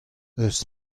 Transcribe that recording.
eus